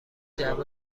جعبه